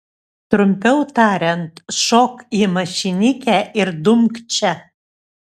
trumpiau tariant šok į mašinikę ir dumk čia